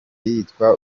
yitwa